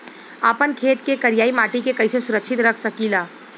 आपन खेत के करियाई माटी के कइसे सुरक्षित रख सकी ला?